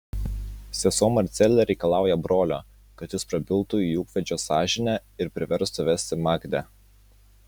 sesuo marcelė reikalauja brolio kad jis prabiltų į ūkvedžio sąžinę ir priverstų vesti magdę